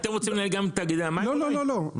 אתם רוצים אולי גם את תאגידי המים --- לא, לא.